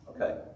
Okay